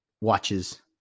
watches